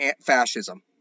fascism